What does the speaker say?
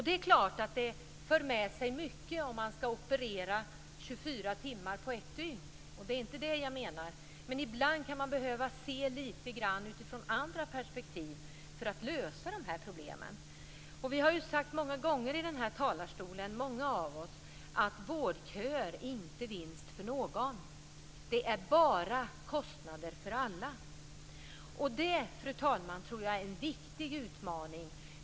Det är klart att det för med sig mycket om man skall operera 24 timmar om dygnet. Det är inte det jag menar. Men ibland kan man behöva se lite grann utifrån andra perspektiv för att lösa de här problemen. Många av oss har ju flera gånger från den här talarstolen sagt att vårdköer inte innebär någon vinst för någon. Det är bara kostnader för alla. Det, fru talman, tror jag är en viktig utmaning.